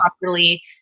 properly